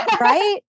right